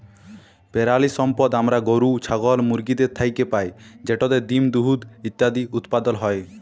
পেরালিসম্পদ আমরা গরু, ছাগল, মুরগিদের থ্যাইকে পাই যেটতে ডিম, দুহুদ ইত্যাদি উৎপাদল হ্যয়